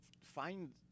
find